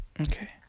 okay